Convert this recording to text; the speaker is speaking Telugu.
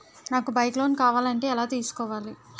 నాకు బైక్ లోన్ కావాలంటే ఎలా తీసుకోవాలి?